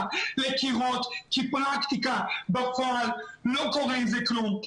כי בפרקטיקה, בפועל, לא קורה עם זה כלום.